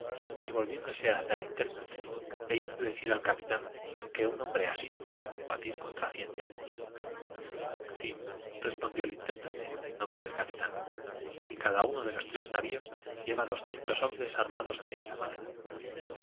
y volviéndose hacia el intérprete le hizo decir al capitán que un hombre así podía combatir contra ciento sí respondió el intérprete en nombre del capitán y cada uno de los tres navios lleva doscientos hombres armados de esta manera